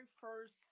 first